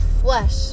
flesh